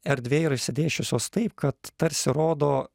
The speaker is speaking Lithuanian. erdvėje yra išsidėsčiusios taip kad tarsi rodo